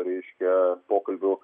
reiškia pokalbių